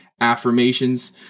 affirmations